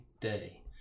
day